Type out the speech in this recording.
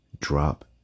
Drop